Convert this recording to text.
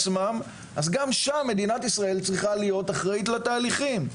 גם שם מדינת ישראל צריכה להיות אחראית לתהליכים.